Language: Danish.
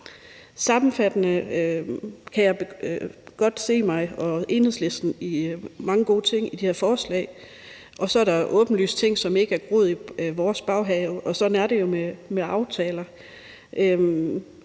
Sammenfattende kan jeg godt se mig og Enhedslisten i det her forslag, og der er mange gode ting i forslaget. Og så er der åbenlyse ting, som ikke er groet i vores baghave, og sådan er det jo med aftaler.